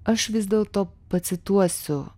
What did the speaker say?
aš vis dėlto pacituosiu